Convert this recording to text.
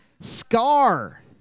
Scar